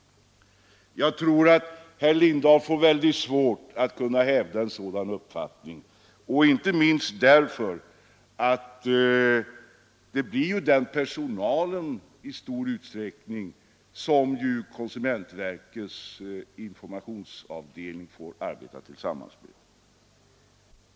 Jag tror att herr Lindahl får svårt att hävda en sådan uppfattning, inte minst därför att det i stor utsträckning blir samma personal som konsumentverkets informationsavdelning får arbeta tillsammans med.